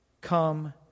come